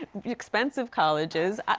the expense of colleges.